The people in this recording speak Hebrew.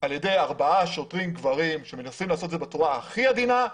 על ידי ארבעה שוטרים גברים שמנסים לעשות את זה בצורה הכי עדינה,